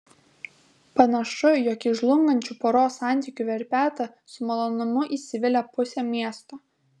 panašu jog į žlungančių poros santykių verpetą su malonumu įsivelia pusė miesto